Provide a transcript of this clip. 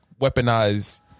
weaponize